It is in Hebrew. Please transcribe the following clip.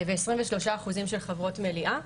ו-23% של חברות מליאה.